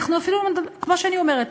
כמו שאני אומרת,